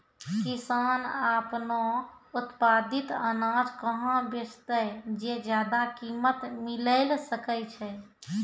किसान आपनो उत्पादित अनाज कहाँ बेचतै जे ज्यादा कीमत मिलैल सकै छै?